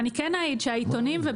אני כן אעיד שהעיתונאים,